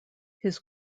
his